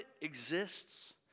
exists